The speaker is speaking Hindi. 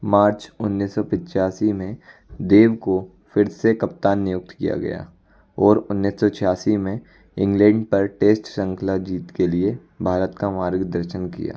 मार्च उन्नीस सौ पचासी में देव को फिर से कप्तान नियुक्त किया गया और उन्नीस सौ छियासी में इंग्लैंड पर टेस्ट श्रृंखला जीत के लिए भारत का मार्गदर्शन किया